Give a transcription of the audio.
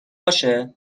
باشه